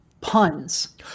puns